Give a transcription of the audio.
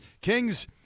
Kings